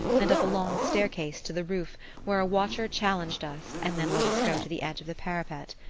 and up a long staircase to the roof where a watcher challenged us and then let us go to the edge of the parapet.